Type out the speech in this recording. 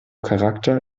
charakter